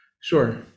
Sure